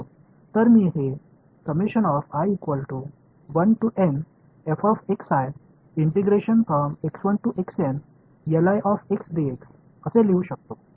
तर मी हे असे लिहू शकतो बरोबर आहे